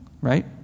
right